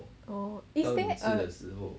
orh is there a